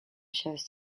shows